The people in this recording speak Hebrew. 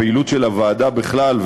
הפעילות של הוועדה בכלל,